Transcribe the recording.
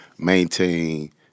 Maintain